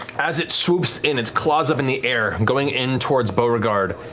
as it swoops in, its claws up in the air, going in towards beauregard,